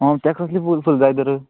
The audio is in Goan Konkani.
आं तेका कसली फूल फुलां जाय तर